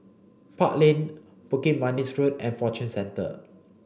Park Lane Bukit Manis Road and Fortune Centre